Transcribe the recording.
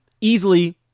easily